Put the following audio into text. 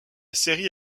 série